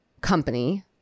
company